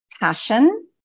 passion